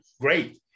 great